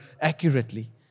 accurately